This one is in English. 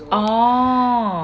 oh